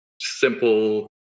simple